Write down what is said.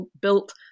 built